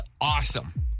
awesome